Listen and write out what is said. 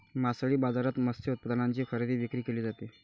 मासळी बाजारात मत्स्य उत्पादनांची खरेदी विक्री केली जाते